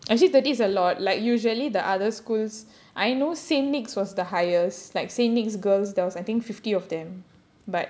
actually there is a lot like usually the other schools I know saint nicks was the highest like saint nicks girls there was I think fifty of them but